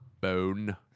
bone